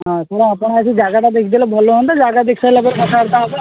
ହଁ ସାର୍ ଆପଣ ଆସି ଯାଗାଟା ଦେଖି ଦେଲେ ଭଲ ହୁଅନ୍ତା ଯାଗାଟା ଦେଖି ସାରିଲାପରେ କଥାବାର୍ତ୍ତା ହେବା ଆଉ